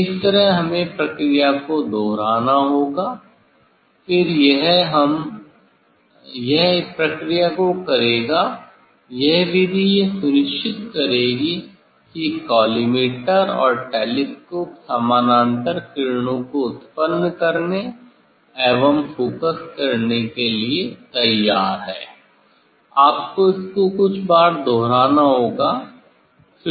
इस तरह हमें प्रक्रिया को दोहराना होगा फिर यह हम यह इस प्रक्रिया को करेगा यह विधि यह सुनिश्चित करेगी कि कॉलीमेटर और टेलीस्कोप समानांतर किरणों को उत्पन्न करने एवं फोकस करने के लिए तैयार हैं आपको इसको कुछ बार दोहराना होगा